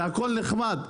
זה הכל נחמד.